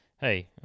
hey